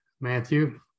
Matthew